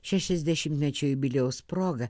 šešiasdešimtmečio jubiliejaus proga